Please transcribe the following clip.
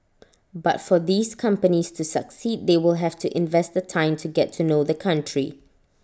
but for these companies to succeed they will have to invest the time to get to know the country